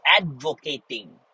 Advocating